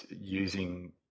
using